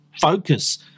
focus